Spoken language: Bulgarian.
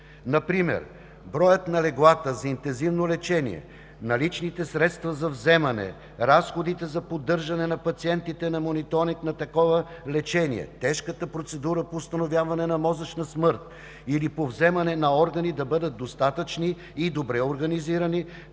например броят на леглата за интензивно лечение, наличните средства за вземане, разходите за поддържане на пациентите на мониторинг на такова лечение, тежката процедура по установяване на мозъчна смърт или по вземане на органи да бъдат достатъчни и добре организирани,